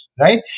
right